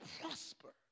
prosper